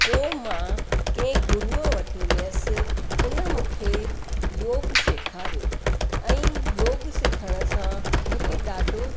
पोइ मां कंहिं गुरूअ वटि वियसि उन मूंखे योग सेखारियो ऐं योग सिखण सां मूंखे ॾाढो